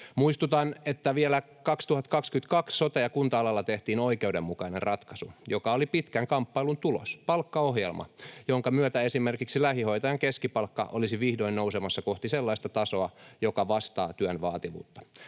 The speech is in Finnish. Muistutan, että vielä 2022 sote- ja kunta-alalla tehtiin oikeudenmukainen ratkaisu, joka oli pitkän kamppailun tulos, palkkaohjelma, jonka myötä esimerkiksi lähihoitajan keskipalkka olisi vihdoin nousemassa kohti sellaista tasoa, joka vastaa työn vaativuutta.